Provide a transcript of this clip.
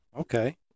Okay